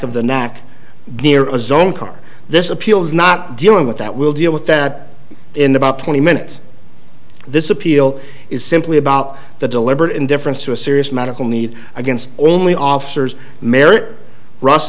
car this appeals not dealing with that we'll deal with that in about twenty minutes this appeal is simply about the deliberate indifference to a serious medical need against only officers merrit